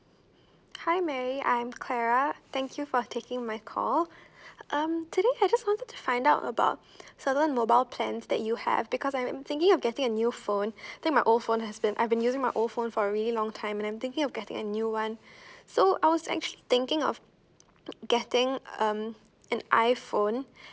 hi mary I'm clara thank you for taking my call um today I just want to find out about certain mobile plans that you have because I'm thinking of getting a new phone think my old phone has been I've been using my old phone for really long time I'm thinking of getting a new one so I was actually thinking of getting um an iPhone